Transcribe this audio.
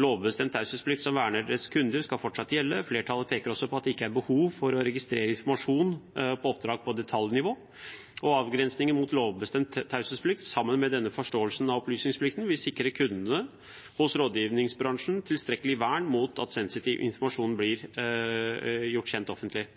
Lovbestemt taushetsplikt som verner deres kunder, skal fortsatt gjelde. Flertallet peker også på at det ikke er behov for å registrere informasjon om oppdrag på detaljnivå. Avgrensningen mot lovbestemt taushetsplikt, sammen med denne forståelsen av opplysningsplikten, vil sikre kundene hos rådgivningsbransjen tilstrekkelig vern mot at sensitiv informasjon blir gjort offentlig.